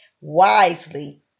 wisely